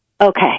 Okay